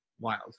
wild